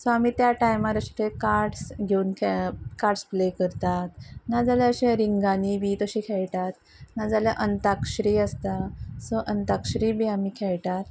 so आमी त्या टायमार अशे कार्डस घेवन खेळप कार्डस प्ले करतात नाजाल्यार अशे रिंगानी बी तशे खेळटात नाजाल्या अंताक्षरी आसता सो अंताक्षरी बी आमी खेळटात